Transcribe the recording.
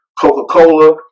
coca-cola